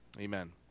amen